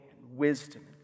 wisdom